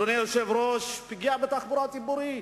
אדוני היושב-ראש, פגיעה בתחבורה הציבורית.